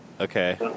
Okay